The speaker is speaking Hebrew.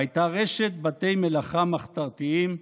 והייתה רשת בתי מלאכה מחתרתיים,